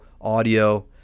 audio